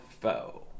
foe